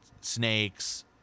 snakes